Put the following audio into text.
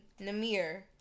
Namir